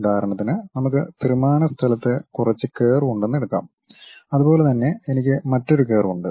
ഉദാഹരണത്തിന് നമുക്ക് ത്രിമാന സ്ഥലത്ത് കുറച്ച് കർവ് ഉണ്ടെന്ന് എടുക്കാം അതുപോലെ തന്നെ എനിക്ക് മറ്റൊരു കർവ് ഉണ്ട്